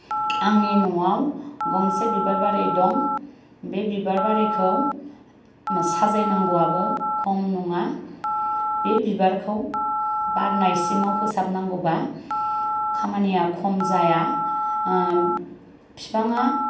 आंनि न'आव गंसे बिबार बारि दं बे बिबार बारिखौ साजायनांगौआबो खम नङा बे बिबारखौ बारनायसिमाव फोसाबनांगौब्ला खामानिया खम जाया बिफाङा